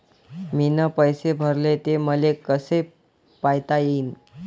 मीन पैसे भरले, ते मले कसे पायता येईन?